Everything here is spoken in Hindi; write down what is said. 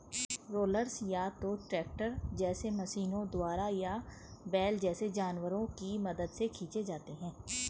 रोलर्स या तो ट्रैक्टर जैसे मशीनों द्वारा या बैल जैसे जानवरों की मदद से खींचे जाते हैं